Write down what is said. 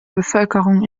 bevölkerung